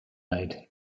night